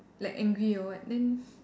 like angry or what then